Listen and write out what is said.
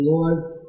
Lord's